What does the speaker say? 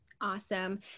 Awesome